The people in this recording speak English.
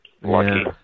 Lucky